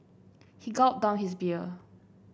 he gulped down his beer